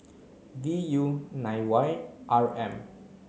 V U nine Y R M